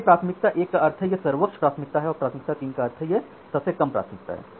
इसलिए प्राथमिकता 1 का अर्थ है कि यह सर्वोच्च प्राथमिकता है और प्राथमिकता 3 का अर्थ है कि यह सबसे कम प्राथमिकता है